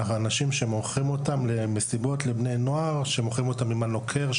האנשים שמוכרים אותו לבני נוער במסיבות.